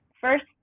First